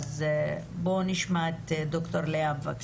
אלא מנכ"ל הביטוח הלאומי עשה את זה בכל פורום אפשרי כאשר הוא